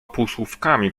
półsłówkami